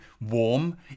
warm